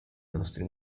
nostri